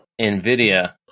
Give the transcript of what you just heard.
NVIDIA